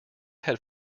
had